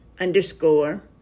underscore